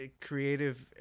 creative